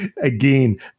again